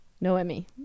Noemi